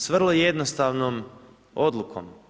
S vrlo jednostavno odlukom.